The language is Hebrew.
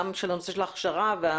גם הנושא של ההכשרה והנהלים,